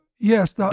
Yes